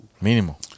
mínimo